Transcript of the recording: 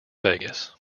vegas